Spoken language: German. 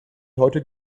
heute